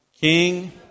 King